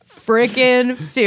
freaking